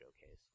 showcase